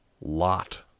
lot